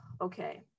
okay